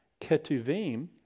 Ketuvim